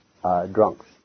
drunks